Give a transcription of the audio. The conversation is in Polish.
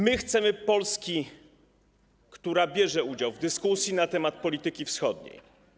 My chcemy Polski, która bierze udział w dyskusji na temat polityki wschodniej.